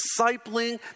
discipling